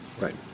Right